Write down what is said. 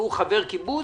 שהוא חבר קיבוץ,